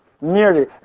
nearly